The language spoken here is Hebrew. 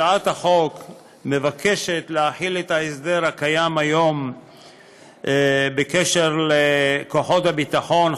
הצעת החוק מבקשת להחיל את ההסדר הקיים היום בקשר לכוחות הביטחון,